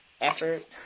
effort